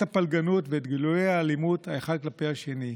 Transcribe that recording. הפלגנות ואת גילויי האלימות אחד כלפי השני.